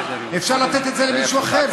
אפשר לתת את זה למישהו אחר,